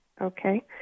Okay